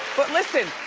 but listen.